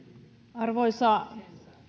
arvoisa